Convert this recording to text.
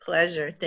pleasure